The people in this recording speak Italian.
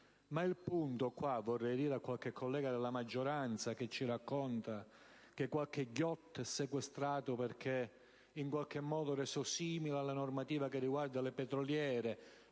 saldi. Lo vorrei dire a qualche collega della maggioranza che ci racconta che qualche *yacht* è sequestrato perché in qualche modo è assimilato alla normativa concernente le petroliere,